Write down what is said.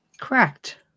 Correct